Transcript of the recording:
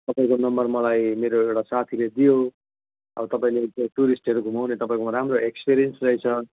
तपाईँको नम्बर मलाई मेरो एउटा साथीले दियो अब तपाईँले त्यो टुरिस्टहरू घुमाउने तपाईँकोमा राम्रो एक्सपिरियन्स रहेछ